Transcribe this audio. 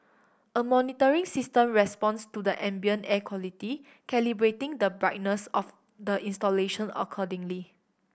a monitoring system responds to the ambient air quality calibrating the brightness of the installation accordingly